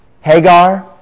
Hagar